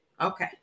Okay